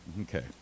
Okay